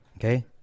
Okay